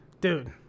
dude